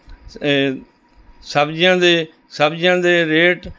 ਸਬਜ਼ੀਆਂ ਦੇ ਸਬਜ਼ੀਆਂ ਦੇ ਰੇਟ